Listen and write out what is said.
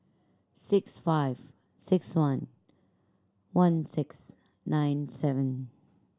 six five six one one six nine seven